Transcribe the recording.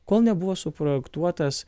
kol nebuvo suprojektuotas